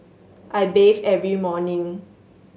I bathe every morning